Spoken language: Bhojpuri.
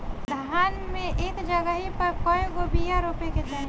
धान मे एक जगही पर कएगो बिया रोपे के चाही?